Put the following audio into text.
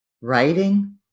writing